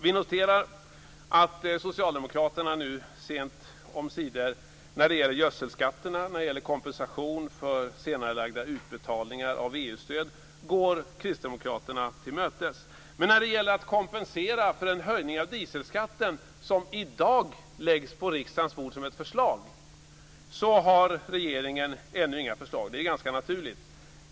Vi noterar att socialdemokraterna nu sent omsider när det gäller gödselskatterna, kompensation för senarelagda utbetalningar av EU-stöd går Kristdemokraterna till mötes. Men när det gäller att kompensera för den höjning av dieselskatten som i dag läggs på riksdagens bord som ett förslag har regeringen ännu inga förslag. Det är ganska naturligt.